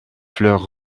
fleurs